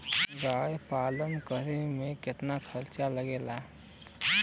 गाय पालन करे में कितना खर्चा लगेला?